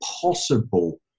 possible